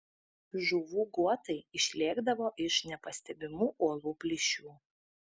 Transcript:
žuvų guotai išlėkdavo iš nepastebimų uolų plyšių